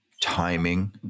timing